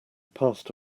passed